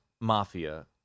mafia